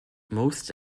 most